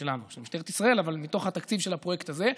של משטרת ישראל אבל מתוך התקציב שלנו בפרויקט הזה.